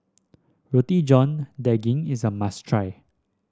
Roti John Daging is a must try